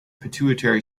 pituitary